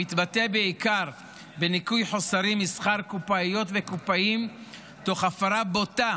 המתבטא בעיקר בניכוי חוסרים משכר קופאיות וקופאים תוך הפרה בוטה